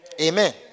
Amen